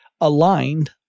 aligned